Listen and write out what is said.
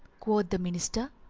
quoth the minister,